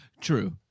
True